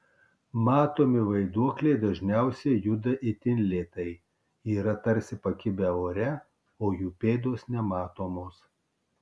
matomi vaiduokliai dažniausiai juda itin lėtai yra tarsi pakibę ore o jų pėdos nematomos